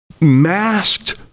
masked